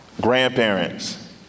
Grandparents